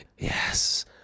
Yes